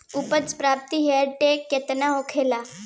उपज प्रति हेक्टेयर केतना होला?